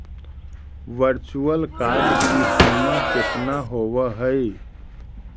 virtual card की सीमा केतना होवअ हई